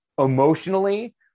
emotionally